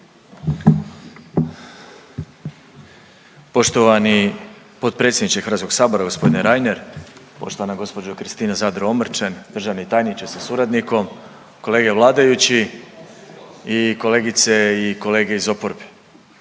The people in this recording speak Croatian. Poštovani potpredsjedniče Hrvatskog sabora gospodine Reiner, poštovana gospođo Kristina Zadro Omrčen, državni tajniče sa suradnikom, kolege vladajući i kolegice i kolege iz oporbe.